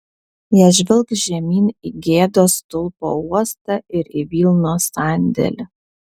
jie žvelgs žemyn į gėdos stulpo uostą ir į vilnos sandėlį